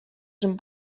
zijn